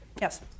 Yes